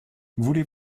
voulez